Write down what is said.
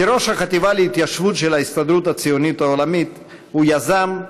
כראש החטיבה להתיישבות של ההסתדרות הציונית העולמית הוא יזם,